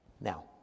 Now